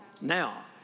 now